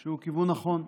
שהוא כיוון נכון.